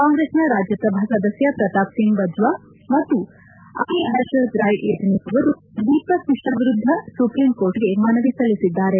ಕಾಂಗ್ರೆಸ್ನ ರಾಜ್ಯಸಭಾ ಸದಸ್ಯ ಪ್ರತಾಪ್ ಸಿಂಗ್ ಬಾಜ್ನಾ ಮತ್ತು ಅಮೀ ಹರ್ಷದ್ ರಾಯ್ ಯಜ್ನಿಕ್ ಅವರು ದೀಪಕ್ ಮಿಶ್ರಾ ವಿರುದ್ಧ ಸುಪ್ರೀಂ ಕೋರ್ಟ್ಗೆ ಮನವಿ ಸಲ್ಲಿಸಿದ್ದಾರೆ